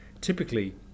typically